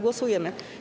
Głosujemy.